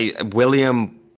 William